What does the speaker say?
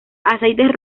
aceites